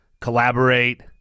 collaborate